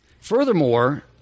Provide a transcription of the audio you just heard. Furthermore